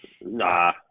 nah